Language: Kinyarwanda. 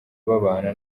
babana